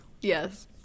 Yes